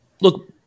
look